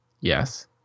Yes